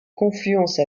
confluence